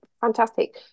fantastic